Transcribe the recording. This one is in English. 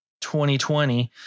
2020